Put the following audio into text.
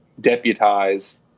deputize